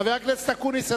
חבר הכנסת אקוניס,